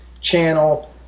channel